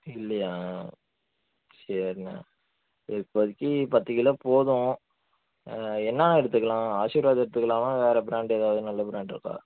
இல்லையா சரிண இப்போதிக்கு பத்து கிலோ போதும் என்னா எடுத்துக்கலாம் ஆஷிர்வாத் எடுத்துக்கலாமா வேறு பிராண்ட் எதாவது நல்ல பிராண்ட் இருக்கா